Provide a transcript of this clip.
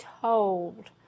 told